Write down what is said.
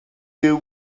you